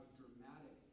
dramatic